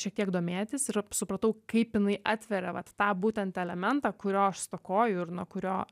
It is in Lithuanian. šiek tiek domėtis ir supratau kaip jinai atveria vat tą būtent elementą kurio aš stokoju ir nuo kurio